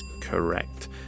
Correct